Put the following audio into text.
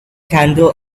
candle